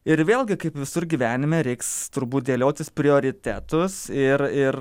ir vėlgi kaip visur gyvenime reiks turbūt dėliotis prioritetus ir ir